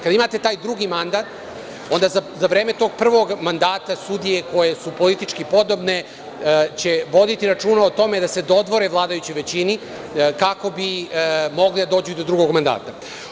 Kada imate taj drugi mandat onda za vreme tog prvog mandata sudije koje su politički podobne će voditi računa o tome da se dodvore vladajućoj većini kako bi mogle da dođu do drugog mandata.